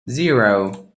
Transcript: zero